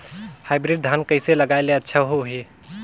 Hybrid धान कइसे लगाय ले अच्छा होही?